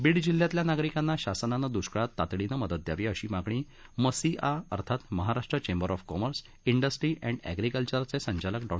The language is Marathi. बीड जिल्ह्यातल्या नागरिकांना शासनानं दुष्काळात तातडीनं मदत द्यावी अशी मागणी मसिआ अर्थात Maharashtra chamber of commerce industry and अॅप्रिकल्चरचे संचालक डॉ